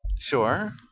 Sure